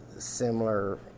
similar